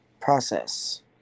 process